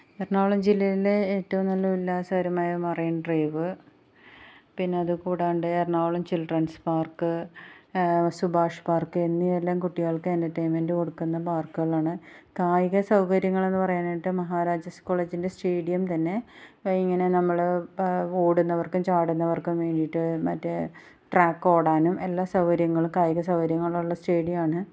എറണാകുളം ജില്ലയിലെ ഏറ്റവും നല്ല ഉല്ലാസപരമായ മറൈൻ ഡ്രൈവ് പിന്നെ അത് കൂടാണ്ട് Ernakulam children's park Subhash park എന്നിവ എല്ലാം കുട്ടികൾക്ക് എന്റർടൈൻമെൻ്റ് കൊടുക്കുന്ന പാർക്കുകളാണ് കായിക സൗകര്യങ്ങൾ എന്ന് പറയാനായിട്ട് മഹാരാജാസ് കോളേജിൻ്റെ സ്റ്റേഡിയം തന്നെ ഇങ്ങനെ നമ്മൾ ഓടുന്നവർക്കും ചാടുന്നവർക്കും വേണ്ടിയിട്ട് മറ്റേ ട്രാക്ക് ഓടാനും എല്ലാ സൗകര്യങ്ങളും കായിക സൗകര്യങ്ങളുള്ള സ്റ്റേഡിയം ആണ്